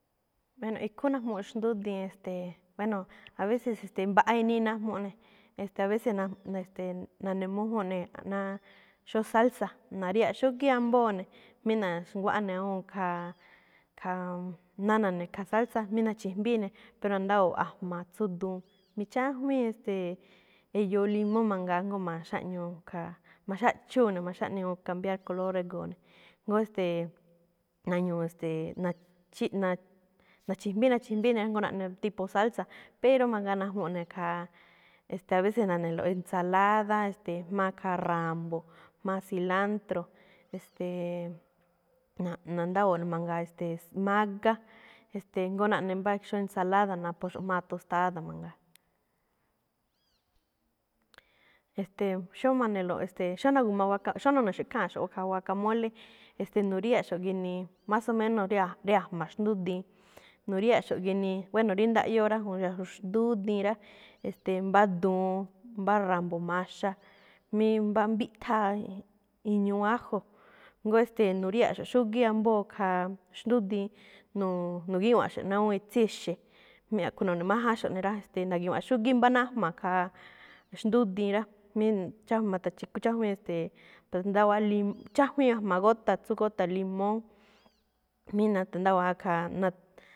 Bueno, ikhúúnꞌ najmuꞌ xdúdiin, ste̱e̱. Bueno, a veces, ste̱e̱, mbaꞌa inii najmuꞌ ne̱ꞌ, e̱ste̱e̱, a veces na- e̱ste̱e̱ na̱ne̱mújúnꞌ ne̱ náá xóo salsa. Na̱ríya̱ꞌ xúgíí ambóo ne̱, mí na̱xnguáꞌán ne̱ awúun khaa, khaa ná na̱ne̱ khaa salsa, mí na̱chi̱jmbíi ne̱, pero ndáwo̱o̱ a̱jma̱ atsú duun. mí chájwíin, este̱e̱, eyoo limóo mangaa jngó ma̱xáꞌñuu, khaa ma̱xáꞌchúu ne̱, ma̱xáꞌñuu cambiar color régo̱o̱ ne̱, jngó e̱̱ste̱e̱, na̱ñu̱u̱ e̱ste̱e̱, na̱chiꞌ-na̱-na̱chijmbíi, na̱chi̱jmbíi ne̱ rá, jngó naꞌne tipo salsa. Pero mangaa najmuꞌ ne̱ khaa, a veces na̱ne̱lo̱ꞌ ensalada, ste̱e̱, jma̱á khaa ra̱mbo̱, jma̱á cilantro, e̱ste̱e̱, na̱-na̱ndáwo̱o̱ꞌ ne̱ mangaa, e̱ste̱e̱, mágá, e̱ste̱e̱ jngó naꞌne mbá xóo ensalada naphoxo̱ꞌ jma̱á tostada mangaa. e̱ste̱e̱, xóo má ma̱ne̱lo̱ꞌ, ste̱e̱, xóo na̱gu̱ma waaka, xó none̱xo̱ꞌ kháanxo̱ꞌ ikhaa wakamole, e̱ste̱, nu̱ríya̱ꞌxo̱ꞌ ginii más o menos rí- rí a̱jma̱ xndúdiin, nu̱ríya̱ꞌxo̱ꞌ ginii, bueno rí ndaꞌyóo rá, xndúdiin rá, mbá duun, mbá ra̱mbo̱ maxa, mí mbá mbíꞌtháa iñuu ajo, jngó e̱ste̱e̱ nu̱ríya̱ꞌxo̱ꞌ xúgíí ambóo khaa xndúdiin, nu̱u̱-nu̱gíwa̱nꞌxo̱ꞌ ná awúun itsí exe̱, mí a̱ꞌkho̱ nu̱ne̱májánxo̱ꞌ ne̱ rá, ste̱e̱ na̱gi̱wa̱nꞌ xúgíí mbá nájma̱ khaa xndúdiin rá, mí chá-ma̱ta̱chikú chájwíin, ste̱e̱, ta̱ndáwa̱á lim, chájwíin a̱jma̱ gota, atsú gota limón, mí natandáwa̱á khaa na̱t.